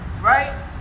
Right